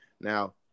Now